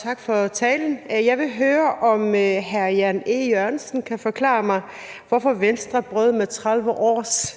tak for talen. Jeg vil høre, om hr. Jan E. Jørgensen kan forklare mig, hvorfor Venstre brød med 30 års